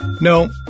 No